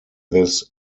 this